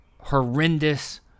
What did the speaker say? horrendous